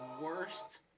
worst